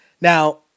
Now